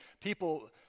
people